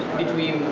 between,